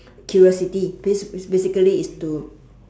curiosity basi~ basically is to